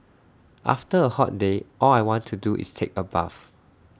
after A hot day all I want to do is take A bath